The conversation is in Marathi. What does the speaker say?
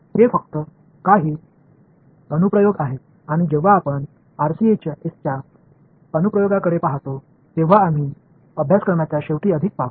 हे फक्त काही अनुप्रयोग आहेत आणि जेव्हा आपण आरसीएसच्या अनुप्रयोगांकडे पाहतो तेव्हा आम्ही अभ्यासक्रमाच्या शेवटी अधिक पाहू